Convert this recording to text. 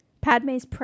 Padme's